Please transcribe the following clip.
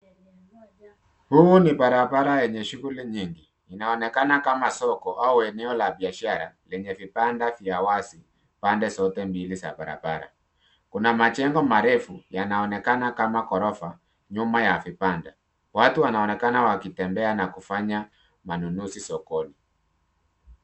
Huu ni barabara yenye shughuli nyingi inaonekana kama soko au eneo la biashara lenye vibanda vya wazi pande zote mbili za barabara, kuna majengo marefu, yanaonekana kama ghorofa, nyuma ya vipande, watu wanaonekana wakitembea na kufanya manunuzi sokoni.